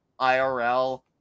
irl